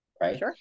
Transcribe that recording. right